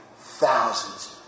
thousands